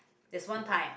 that's one time